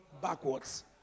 backwards